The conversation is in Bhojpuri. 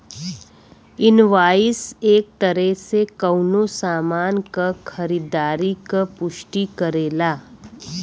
इनवॉइस एक तरे से कउनो सामान क खरीदारी क पुष्टि करेला